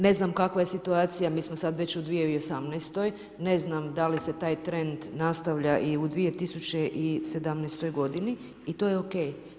Ne znam kakva je situacija, mi smo sad već u 2018., ne znam da li se taj trend nastavlja i u 2017. godini i to je OK.